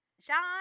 John